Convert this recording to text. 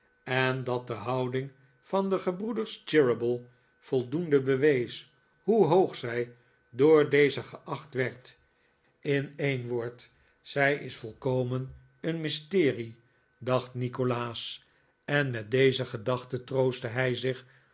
en dat de houding van de gebroeders cheeryble voldoende bewees hoe hoog zij door deze geacht werd in een woord zij is volkomen een mysterie dacht nikolaas en nikolaas nickleby met deze gedachte troostte hij zich